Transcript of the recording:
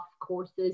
courses